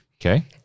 Okay